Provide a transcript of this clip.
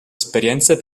esperienze